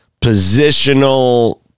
positional